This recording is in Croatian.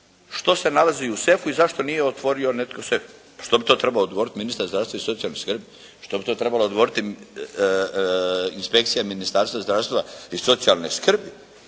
što se nalazi u sefu i zašto nije otvorio netko sef. Pa što bi to trebao odgovoriti ministar zdravstva i socijalne skrbi? Što bi to trebala odgovoriti Inspekcija Ministarstva zdravstva i socijalne skrbi.